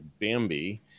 bambi